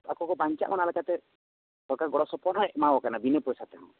ᱟᱠᱚ ᱵᱟᱧᱟᱜ ᱚᱱᱟ ᱞᱮᱠᱟ ᱛᱮ ᱥᱚᱨᱠᱟᱨ ᱜᱚᱲ ᱥᱚᱯᱚᱦᱚᱫ ᱦᱚᱸᱭ ᱮᱢᱟ ᱟᱠᱚ ᱠᱟᱱᱟ ᱵᱤᱱᱟᱹ ᱯᱚᱭᱥᱟ ᱛᱮ ᱦᱚᱸ